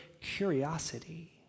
curiosity